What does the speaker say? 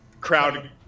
Crowd